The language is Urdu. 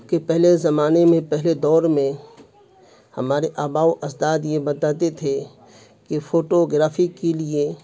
کہ پہلے زمانے میں پہلے دور میں ہمارے آبا و اجداد یہ بتاتے تھے کہ فوٹوگرافی کی لیے